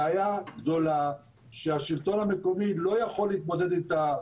בעיה גדולה שהשלטון המקומי לא יכול להתמודד איתה בעצמו.